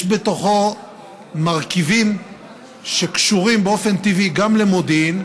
יש בתוכו מרכיבים שקשורים באופן טבעי גם למודיעין,